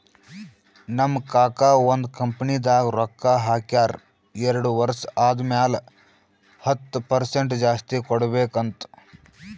ನಮ್ ಕಾಕಾ ಒಂದ್ ಕಂಪನಿದಾಗ್ ರೊಕ್ಕಾ ಹಾಕ್ಯಾರ್ ಎರಡು ವರ್ಷ ಆದಮ್ಯಾಲ ಹತ್ತ್ ಪರ್ಸೆಂಟ್ ಜಾಸ್ತಿ ಕೊಡ್ಬೇಕ್ ಅಂತ್